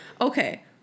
Okay